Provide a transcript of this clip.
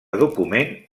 document